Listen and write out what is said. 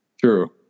true